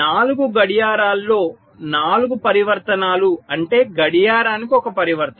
4 గడియారాలలో 4 పరివర్తనాలు అంటే గడియారానికి ఒక పరివర్తన